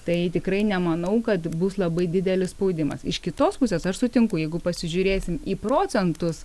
tai tikrai nemanau kad bus labai didelis spaudimas iš kitos pusės aš sutinku jeigu pasižiūrėsim į procentus